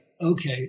Okay